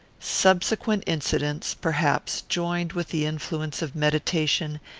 subsequent incidents, perhaps, joined with the influence of meditation,